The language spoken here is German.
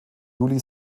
juli